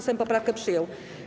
Sejm poprawkę przyjął.